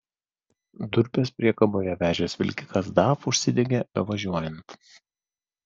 durpes priekaboje vežęs vilkikas daf užsidegė bevažiuojant